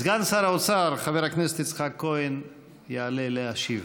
סגן שר האוצר חבר הכנסת יצחק כהן יעלה להשיב.